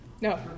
No